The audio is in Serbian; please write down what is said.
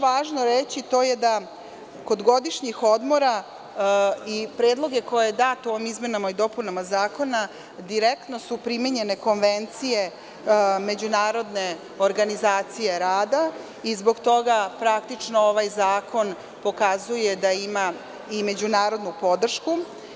Važno je reći da kod godišnjih odmora, predlozi koji su dati ovim izmenama i dopunama zakona direktno su primenjene konvencije Međunarodne organizacije rada i zbog toga ovaj zakon pokazuje da ima međunarodnu podršku.